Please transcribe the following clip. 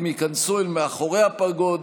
הם ייכנסו אל מאחורי הפרגוד,